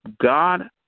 God